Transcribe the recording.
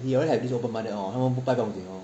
he already have this open mind that orh 他们不拜不用紧 lor